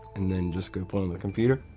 and then just go play on the computer.